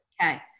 Okay